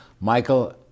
Michael